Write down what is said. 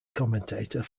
commentator